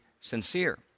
sincere